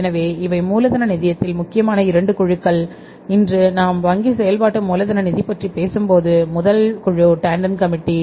எனவே இவை மூலதன நிதியத்தில் முக்கியமான 2 குழுக்கள் இன்று நாம் வங்கி செயல்பாட்டு மூலதன நிதி பற்றி பேசும்போது முதல் குழு டாண்டன் கமிட்டி